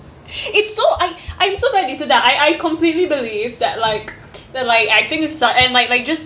it's so I I'm so very disturbed that I I completely believed that like that like acting is uh and like like just